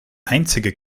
einzige